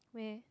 where